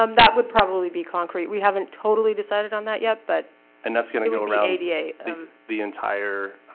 um that would probably be concrete. we haven't totally decided on that yet. but and that's gonna go around eighty eight the entire,